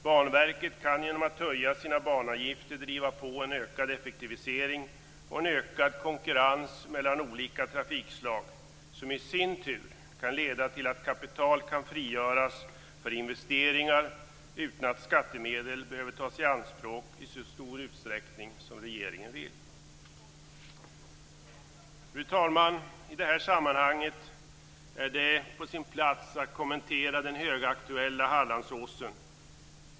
Banverket kan genom att höja sina banavgifter driva på en ökad effektivisering och en ökad konkurrens mellan olika trafikslag som i sin tur kan leda till att kapital kan frigöras för investeringar utan att skattemedel behöver tas i anspråk i så stor utsträckning som regeringen vill. Fru talman! I detta sammanhang är det på sin plats att kommentera den högaktuella Hallandsåsen.